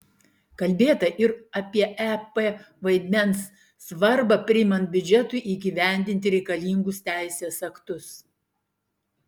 kalbėta ir apie ep vaidmens svarbą priimant biudžetui įgyvendinti reikalingus teisės aktus